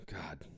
God